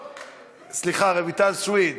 סליחה, רויטל סויד,